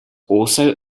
also